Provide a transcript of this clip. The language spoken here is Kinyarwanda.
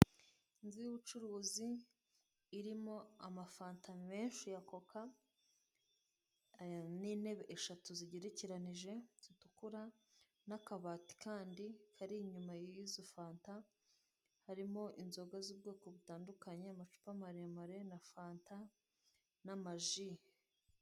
Inzu y'ubucuruzi irimo amafanta menshi ya coca, n'intebe eshatu zigerekeranije zitukura n'akabati kandi kari inyuma y'izo fanta, harimo inzoga z'ubwoko butandukanye, amacupa maremare na fanta n'ama ji.